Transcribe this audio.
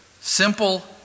simple